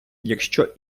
якщо